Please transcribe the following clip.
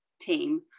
team